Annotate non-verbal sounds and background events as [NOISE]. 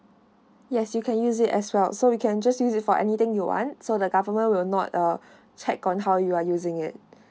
yes you can use it as well so we can just use it for anything you want so the government will not uh [BREATH] check on how you are using it